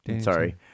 Sorry